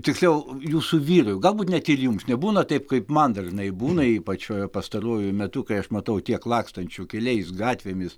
tiksliau jūsų vyrui galbūt net ir jums nebūna taip kaip man dažnai būna ypač pastaruoju metu kai aš matau tiek lakstančių keliais gatvėmis